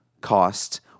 cost